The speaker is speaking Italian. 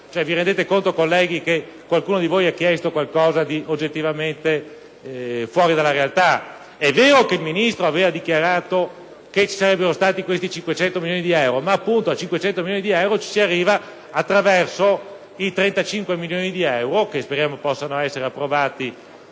euro. Vi renderete conto, colleghi, che qualcuno di voi ha chiesto qualcosa di oggettivamente fuori dalla realtà. È vero che il Ministro aveva dichiarato che vi sarebbero stati questi 500 milioni di euro, ma a tale cifra si arriva attraverso 35 milioni di euro, che speriamo possano essere approvati